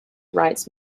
writes